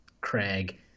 Craig